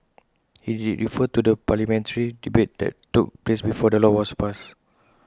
he did refer to the parliamentary debate that took place before the law was passed